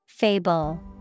Fable